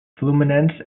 fluminense